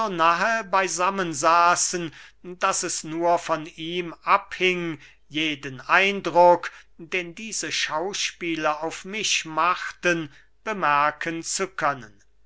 beysammen saßen daß es nur von ihm abhing jeden eindruck den diese schauspiele auf mich machten bemerken zu können